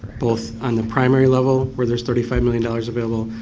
both on the primary level where there's thirty five million dollars available,